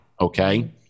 okay